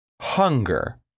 hunger